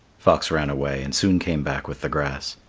fox ran away and soon came back with the grass.